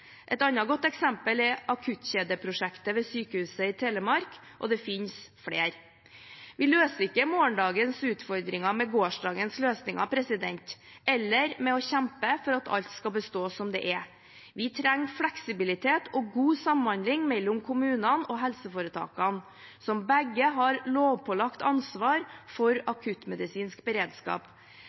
Et annet godt eksempel er akuttkjedeprosjektet ved Sykehuset Telemark. Det finnes flere. Vi løser ikke morgendagens utfordringer med gårdagens løsninger eller ved å kjempe for at alt skal bestå som det er. Vi trenger fleksibilitet og god samhandling mellom kommunene og helseforetakene, som begge har lovpålagt ansvar for akuttmedisinsk beredskap.